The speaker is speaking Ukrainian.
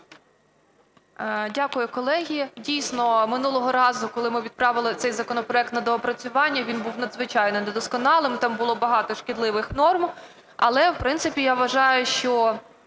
Дякую, колеги. Дійсно, минулого разу, коли ми відправили цей законопроект на доопрацювання, він був надзвичайно недосконалим, там було багато шкідливих норм, але, в принципі, я вважаю, що